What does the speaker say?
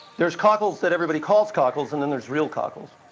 there's cockles that everybody calls cockles, and then there's real cockles.